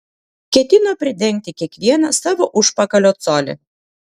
ketino pridengti kiekvieną savo užpakalio colį